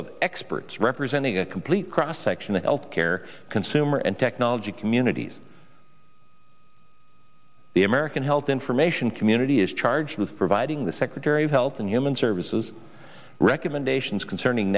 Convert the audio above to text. of experts representing a complete cross section the health care consumer and technology communities the american health information community is charged with providing the secretary of health and human services recommendations concerning